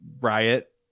riot